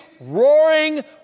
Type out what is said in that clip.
roaring